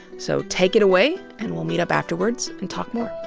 so take it away, and we'll meet up afterwards and talk more.